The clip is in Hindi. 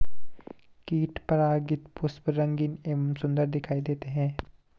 कीट परागित पुष्प रंगीन एवं सुन्दर दिखाई देते हैं